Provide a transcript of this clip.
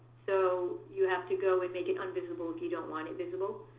so you have to go and make it unvisible if you don't want it visible.